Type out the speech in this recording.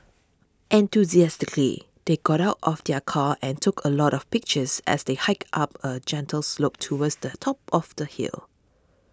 enthusiastically they got out of the car and took a lot of pictures as they hiked up a gentle slope towards the top of the hill